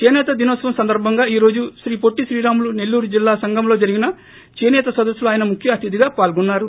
చేనేత దినోత్సవం సందర్భంగా ఈ రోజు శ్రీ పొట్టి శ్రీరాములు నెల్లూరు జిల్లా సంగంలో జరిగిన చేసేత సదస్సులో ఆయన ముఖ్య అతిధిగా పల్గోన్నారు